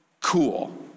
cool